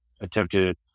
Attempted